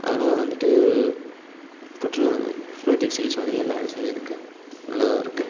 அதனால் வந்துவிட்டு புற்றுநோய் வந்து புற்றுநோய்த்துக்கு சிகிச்சை வந்து எல்லா இடத்துலையும் இருக்குது நல்லதாக இருக்குது